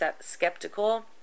skeptical